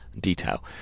detail